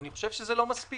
אני חושב שזה לא מספיק.